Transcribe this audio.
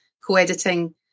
co-editing